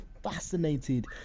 fascinated